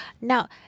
Now